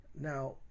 Now